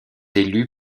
élu